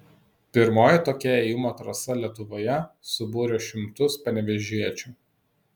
pirmoji tokia ėjimo trasa lietuvoje subūrė šimtus panevėžiečių